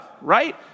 right